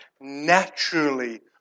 naturally